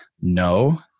No